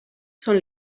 són